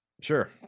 Sure